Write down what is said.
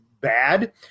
bad